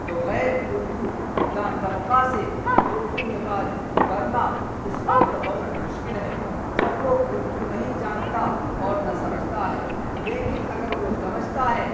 تو غیر اردو داں طبقہ سے اردو میں بات کرنا اس وقت بہت مشکل ہے جب وہ اردو نہیں جانتا اور نہ سمجھتا ہے لیکن اگر وہ سمجھتا ہے